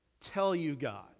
tell-you-God